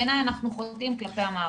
בעיני אנחנו חוטאים כלפי המערכת.